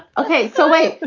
ok. so wait, but